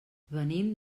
venim